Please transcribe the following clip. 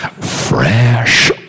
Fresh